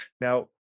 now